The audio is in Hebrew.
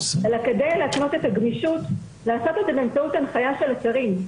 אלא כדי להקנות את הגמישות לעשות את זה באמצעות הנחיה של השרים.